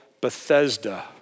Bethesda